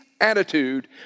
attitude